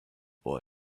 boy